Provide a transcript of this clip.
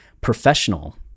professional